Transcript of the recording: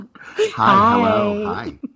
hi